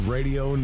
Radio